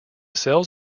cells